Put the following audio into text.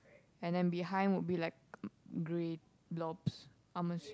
and then behind would be like um grey blobs I'm ass~